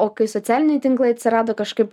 o kai socialiniai tinklai atsirado kažkaip